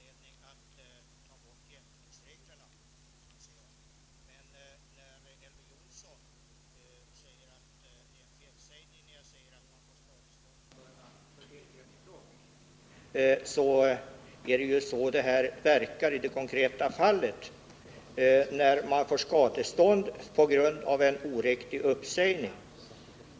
Herr talman! Jag anser inte att det finns någon anledning att ta bort jämkningsreglerna. Elver Jonsson påstod att jag gjorde en felsägning när jag sade att man kan få skadestånd även om det föreligger tillgreppsbrott, men jag vill till det säga att det är så reglerna verkar i det konkreta fallet, när man får skadestånd på grund av en oriktig uppsägning.